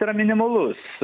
yra minimalus